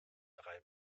drei